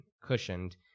cushioned